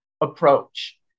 approach